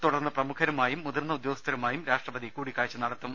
തുടർന്ന് പ്രമുഖരുമായും മുതിർന്ന ഉദ്യോഗസ്ഥരുമായും രാഷ്ട്രപതി കൂടിക്കാഴ്ച നടത്തും